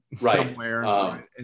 Right